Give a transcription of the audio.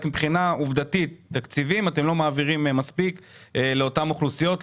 רק עובדתית אתם לא מעבירים מספיק תקציבים לאותן אוכלוסיות,